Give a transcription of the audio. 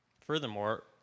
Furthermore